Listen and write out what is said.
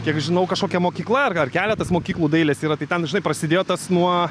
kiek žinau kažkokia mokykla ar ar keletas mokyklų dailės yra tai ten žinai prasidėjo tas nuo